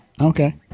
Okay